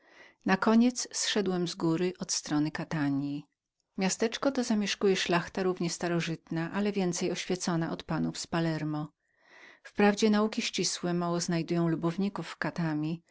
nakoniec zszedłem z góry od strony katano miasteczko to zamieszkuje szlachta równie starożytna ale więcej oświecona od panów z palermo wprawdzie nauki ścisłe mało znajdują lubowników w